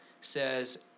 says